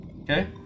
Okay